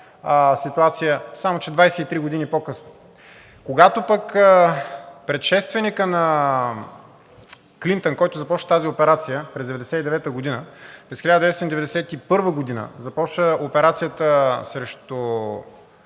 ситуация, само че 23 години по-късно. Когато пък предшественикът на Клинтън, който започна тази операция през 1999 г., през 1991 г. започна операцията срещу